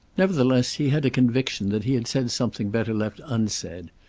nevertheless he had a conviction that he had said something better left unsaid,